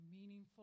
meaningful